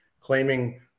claiming